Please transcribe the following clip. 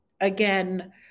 again